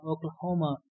Oklahoma